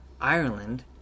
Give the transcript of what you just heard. Ireland